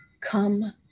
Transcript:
come